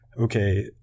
okay